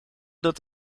dat